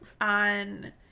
on